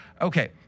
okay